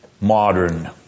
Modern